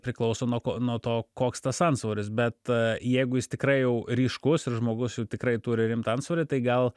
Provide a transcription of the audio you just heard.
priklauso nuo ko nuo to koks tas antsvoris bet jeigu jis tikrai jau ryškus ir žmogus jau tikrai turi rimtą antsvorį tai gal